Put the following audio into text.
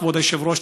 כבוד היושב-ראש,